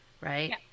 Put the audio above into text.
Right